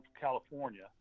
California